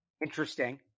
Interesting